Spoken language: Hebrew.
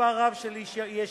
מספר רב של ישיבות